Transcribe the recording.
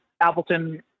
Appleton